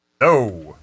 No